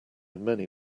many